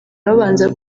babanza